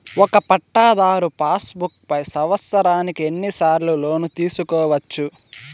ఒక పట్టాధారు passbook పై సంవత్సరానికి ఎన్ని సార్లు లోను తీసుకోవచ్చు?